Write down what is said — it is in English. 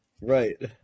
Right